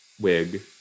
wig